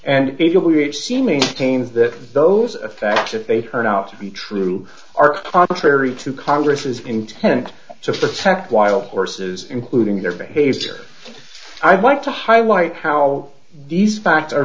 which he maintains that those effect if they turn out to be true are contrary to congress's intent to protect wild horses including their behavior i'd like to highlight how these facts are